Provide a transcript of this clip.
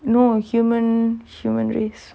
you know human human race